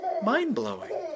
mind-blowing